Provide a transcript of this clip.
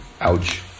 Ouch